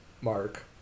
mark